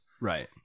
Right